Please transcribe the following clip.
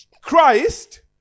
Christ